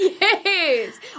Yes